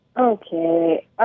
Okay